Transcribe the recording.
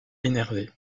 énervé